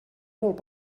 molt